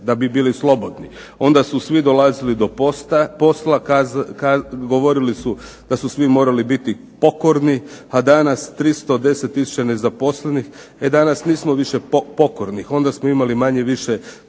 da bi bili slobodni. Onda su svi dolazili do posla, govorili su da su svi morali biti pokorni, a danas 310 tisuća nezaposlenih, e danas nismo više pokorni, onda smo imali manje-više puno